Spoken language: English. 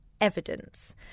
evidence